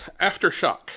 Aftershock